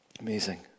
Amazing